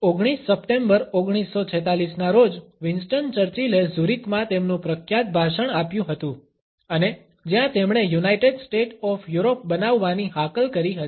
19 September 1946 ના રોજ Winston ચર્ચિલએ ઝુરિકમાં તેમનું પ્રખ્યાત ભાષણ આપ્યું હતું અને જ્યાં તેમણે યુનાઇટેડ સ્ટેટ ઓફ યુરોપ બનાવવાની હાકલ કરી હતી